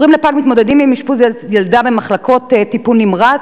הורים לפג המתמודדים עם אשפוז ילדם במחלקות טיפול נמרץ